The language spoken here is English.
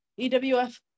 EWF